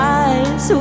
eyes